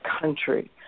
country